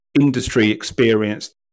industry-experienced